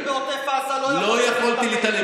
לעוטף עזה לא יכולת להתאפק.